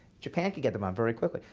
japan can get them on very quickly.